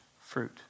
fruit